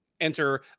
enter